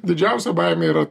didžiausia baimė yra